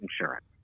insurance